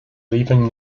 leaving